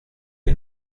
que